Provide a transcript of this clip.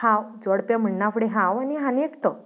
हांव जोडपें म्हणना फुडें हांव आनी आनी एकटो